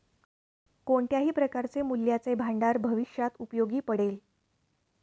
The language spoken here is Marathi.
कोणत्याही प्रकारचे मूल्याचे भांडार भविष्यात उपयोगी पडेल